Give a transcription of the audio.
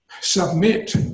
submit